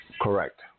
Correct